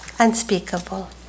unspeakable